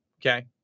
Okay